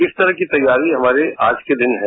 इस तरह की तैयारी हमारी आज के दिन है